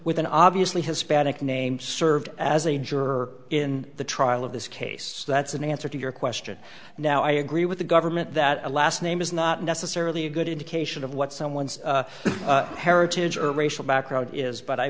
with an obviously hispanic name served as a juror in the trial of this case that's an answer to your question now i agree with the government that last name is not necessarily a good indication of what someone's heritage or racial background is but i